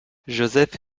joseph